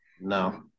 No